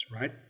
right